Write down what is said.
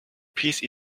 peace